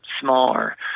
smaller